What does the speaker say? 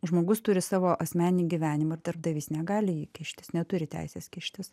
žmogus turi savo asmeninį gyvenimą ir darbdavys negali kištis neturi teisės kištis